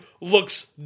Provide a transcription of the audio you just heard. looks